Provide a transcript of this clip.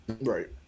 Right